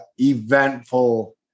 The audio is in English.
eventful